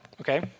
okay